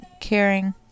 caring